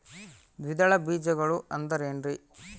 ದ್ವಿದಳ ಬೇಜಗಳು ಅಂದರೇನ್ರಿ?